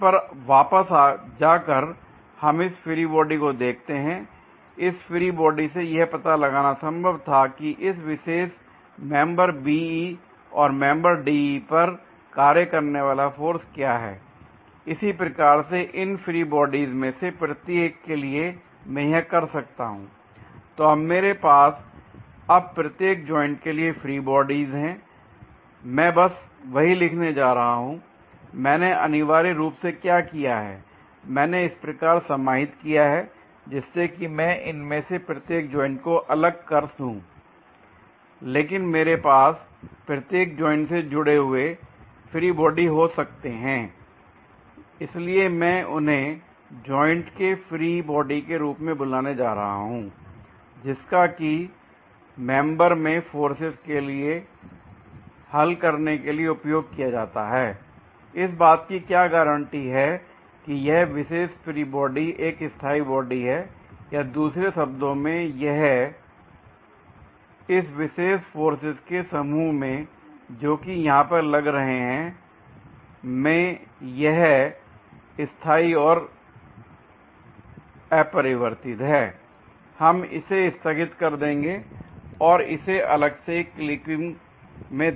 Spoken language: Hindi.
इस पर वापस जाकर हम इस फ्री बॉडी को देखते हैं और इस फ्री बॉडी से यह पता लगाना संभव था कि इस विशेष मेंबर BE और मेंबर DE पर कार्य करने वाला फोर्स क्या है इसी प्रकार से इन फ्री बॉडीज में से प्रत्येक के लिए मैं यह कर सकता हूं l तो मेरे पास अब प्रत्येक जॉइंट के लिए फ्री बॉडीज हैं मैं बस वही लिखने जा रहा हूं मैंने अनिवार्य रूप से क्या किया है मैंने इस प्रकार समाहित किया है जिससे मैं इनमें से प्रत्येक जॉइंट को अलग कर दूं l इसलिए मेरे पास प्रत्येक जॉइंट से जुड़े हुए फ्री बॉडी हो सकते हैं l इसलिए मैं उन्हें जॉइंट के फ्री बॉडी के रूप में बुलाने जा रहा हूं जिनका की मेंबर में फोर्सेज के लिए हल करने के लिए उपयोग किया जाता है l इस बात की क्या गारंटी है कि यह विशेष फ्री बॉडी एक स्थाई बॉडी है या दूसरे शब्दों में यह इस विशेष फोर्सेज के समूह में जो कि यहां पर लग रहे हैं में यह स्थाई और अपरिवर्तित है l हम इसे स्थगित कर देंगे और इसे अलग से एक क्लिपिंग में देखेंगे